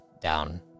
down